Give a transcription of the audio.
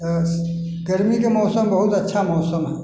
तऽ गरमीके मौसम बहुत अच्छा मौसम हइ